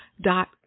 dot